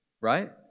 Right